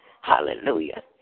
Hallelujah